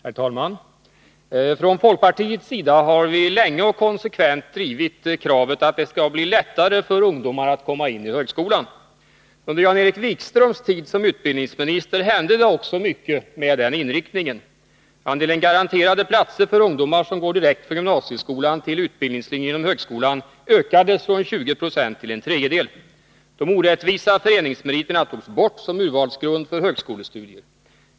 Herr talman! Från folkpartiets sida har vi länge och konsekvent drivit kravet att det skall bli lättare för ungdomar att komma in i högskolan. Under Jan-Erik Wikströms tid som utbildningsminister hände det också mycket med den inriktningen. Andelen garanterade platser för ungdomar som går direkt från gymnasieskolan till utbildningslinjer inom högskolan ökades från 20 2 till en tredjedel. De orättvisa föreningsmeriterna togs bort som urvalsgrund för högskolestudier.